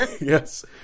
Yes